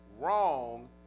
wrong